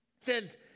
Says